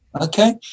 Okay